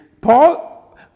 Paul